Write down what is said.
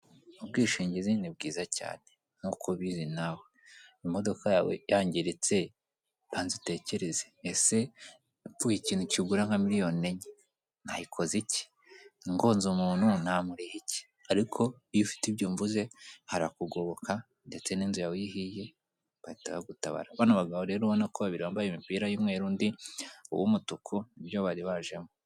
Ubwishingizi ni bwiza cyane nk'uko ubizi nawe. Imodoka yawe yangiritse, banza utekereze, ese ipfuye ikintu kigura nka miliyoni enye nayikoza iki? ngonze umuntu namuriha iki? ariko iyo ufite ibyo mvuze harakugoboka ndetse n'inzu yawe iyo ihiye bahita bagutabara. Bano bagabo rero ubona ko babiri bambaye imipira y'umweru undi uw'umutuku, ni byo bari bajemo.